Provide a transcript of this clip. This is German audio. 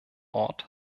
ort